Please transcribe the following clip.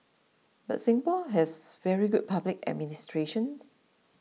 but Singapore has very good public administration